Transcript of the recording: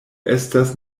estas